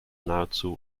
nahezu